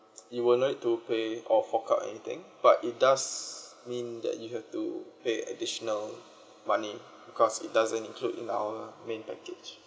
you will no need to pay or fork out anything but it does mean that you have to pay additional money because it doesn't include in our main package